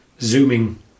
zooming